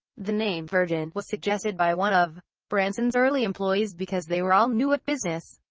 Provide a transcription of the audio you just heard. the name virgin was suggested by one of branson's early employees because they were all new at business.